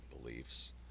beliefs